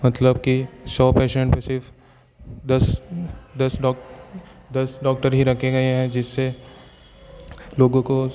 मतलब कि सौ पेशेंट पे सिर्फ दस दस दस डॉक्टर ही रखे गए हैं जिससे लोगों को